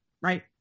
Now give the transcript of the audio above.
right